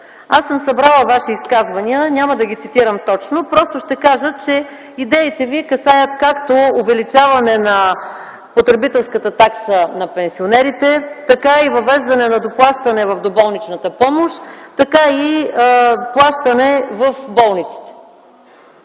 Аз съм събрала Ваши изказвания. Няма да ги цитирам точно, просто ще кажа, че идеите Ви касаят както увеличаване на потребителската такса на пенсионерите, така и въвеждане на доплащане в доболничната помощ, така и плащане в болниците,